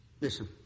Listen